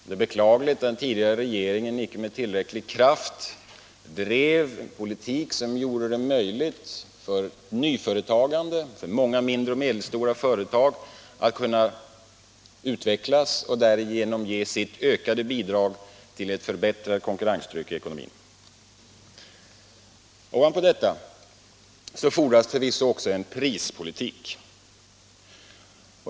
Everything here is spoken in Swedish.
Det är beklagligt att den tidigare regeringen inte med tillräcklig kraft drev en politik som gjorde det möjligt för nyföretagande, för många mindre och medelstora företag att utvecklas och därigenom ge sitt ökade bidrag till ett förbättrat konkurrenstryck i ekonomin. Ovanpå detta fordras förvisso också en prispolitik.